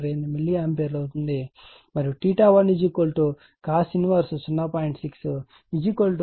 28 milliampere అవుతుంది మరియు 1 cos 10